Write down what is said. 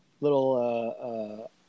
little